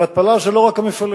והתפלה זה לא רק המפעלים,